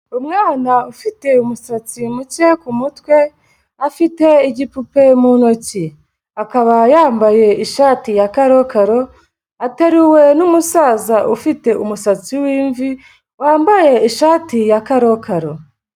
Umwana ufite umusatsi mukeya ku mutwe afite igipupe mu ntoki, akaba yambaye ishati ya karokaro, ateruwe n'umusaza ufite umusatsi w'imvi, wambaye ishati ya karokaro.